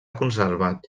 conservat